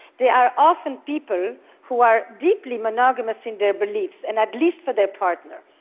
they are often people who are deeply monogamous in their beliefs, and at least for their partner.